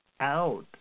out